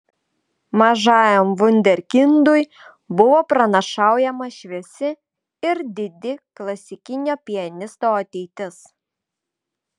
mažajam vunderkindui buvo pranašaujama šviesi ir didi klasikinio pianisto ateitis